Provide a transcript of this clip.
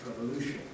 Revolution